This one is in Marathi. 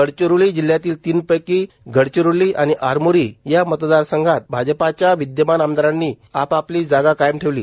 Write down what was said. गडचिरोली जिल्हयातील तीनपैकी गडचिरोली आणि आरमोरी या मतदारसंघात भाजपाच्या विद्यमान आमदारांनी आपापली जागा कायम ठेवली